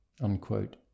Unquote